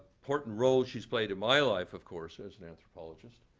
important role she's played in my life, of course, as an anthropologist.